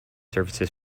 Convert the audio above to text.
services